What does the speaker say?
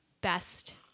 best